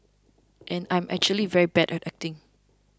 and I'm actually very bad at acting